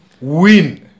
win